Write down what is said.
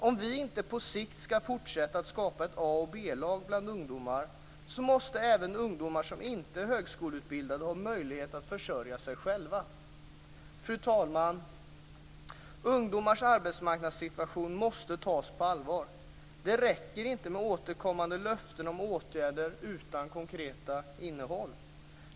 Om vi inte på sikt skall fortsätta att skapa ett A och ett B lag bland ungdomar måste även ungdomar som inte är högskoleutbildade ha möjlighet att försörja sig själva. Fru talman! Ungdomars arbetsmarknadssituation måste tas på allvar. Det räcker inte med återkommande löften om åtgärder utan konkret innehåll.